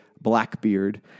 Blackbeard